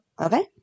okay